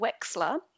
Wexler